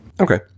Okay